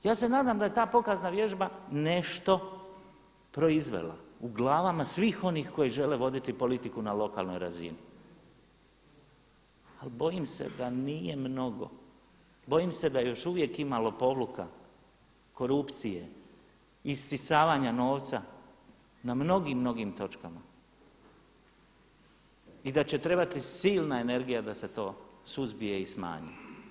Ja se nadam da je ta pokazna vježba nešto proizvela u glavama svih onih koji žele voditi politiku na lokalnoj razini, ali bojim se da nije mnogo, bojim se da još uvijek ima lopovluka, korupcije, isisavanja novca na mnogim, mnogim točkama i da će trebati silna energija da se to suzbije i smanji.